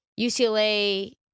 UCLA